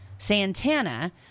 Santana